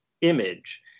image